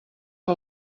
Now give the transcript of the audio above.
que